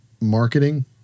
marketing